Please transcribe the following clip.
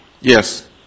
Yes